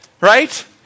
right